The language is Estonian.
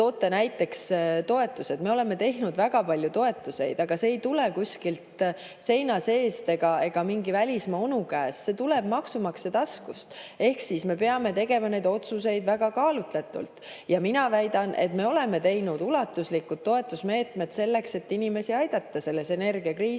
toote näiteks toetused. Me oleme teinud väga palju toetusi, aga see [raha] ei tule kuskilt seina seest ega mingi välismaa onu käest, see tuleb maksumaksja taskust. Ehk siis me peame tegema oma otsuseid väga kaalutletult. Mina väidan, et me oleme teinud ulatuslikud toetusmeetmed selleks, et inimesi aidata selles energiakriisis.